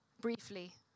briefly